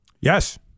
Yes